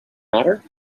matter